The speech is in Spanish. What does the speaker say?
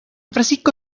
francisco